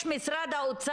יבקש מהם משרד הבריאות